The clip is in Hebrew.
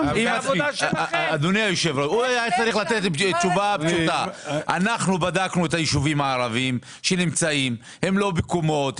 אתה יכול להגיד שבגלל שהישובים הערביים שנמצאים באזור הם לא בקומות,